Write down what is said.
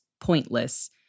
pointless